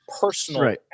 personal